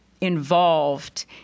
involved